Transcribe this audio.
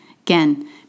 again